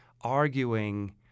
arguing